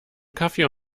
kaffee